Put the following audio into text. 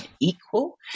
equal